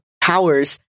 powers